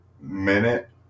minute